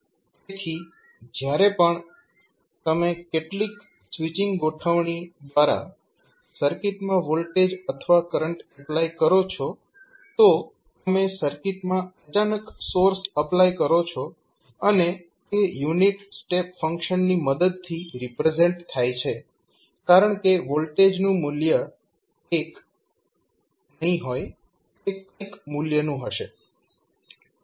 તેથી જ્યારે પણ તમે કેટલીક સ્વિચિંગ ગોઠવણી દ્વારા સર્કિટમાં વોલ્ટેજ અથવા કરંટ એપ્લાય કરો છો તો તમે સર્કિટમાં અચાનક સોર્સ એપ્લાય કરો છો અને તે યુનિટ સ્ટેપ ફંક્શનની મદદથી રિપ્રેઝેન્ટ થાય છે કારણ કે વોલ્ટેજનું મૂલ્ય 1 નહીં હોય તે કંઈક મૂલ્યનું હશે